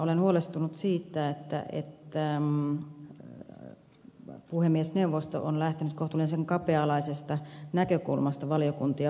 olen huolestunut siitä että puhemiesneuvosto on lähtenyt kohtuullisen kapea alaisesta näkökulmasta valiokuntia valitessaan